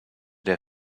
der